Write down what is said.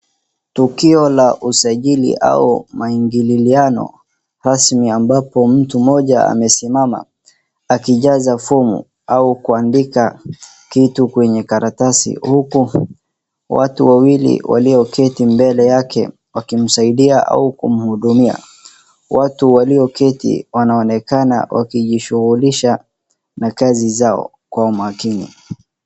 Tukio la usajili au maingililiano rasmia ambapo mtu mmoja amesimama akijaza fomu au kuandika kitu kwenye karatasi huku watu wawili walioketi mbele yake wakimsaidia au kumhudumia. Watu walioketi wanaonekana wakijishughulisha na kazi zao kwa umakini.